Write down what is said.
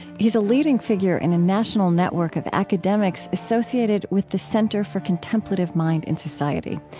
he's a leading figure in a national network of academics associated with the center for contemplative mind in society.